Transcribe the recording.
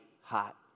hot